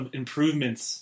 improvements